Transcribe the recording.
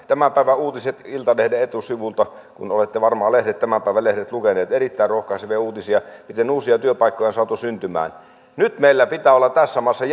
tämän päivän uutisissa iltalehden etusivulta olette varmaan tämän päivän lehdet lukeneet on erittäin rohkaisevia uutisia miten uusia työpaikkoja on saatu syntymään nyt meillä pitää olla tässä maassa